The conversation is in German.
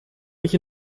mich